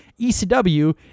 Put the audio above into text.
ECW